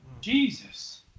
Jesus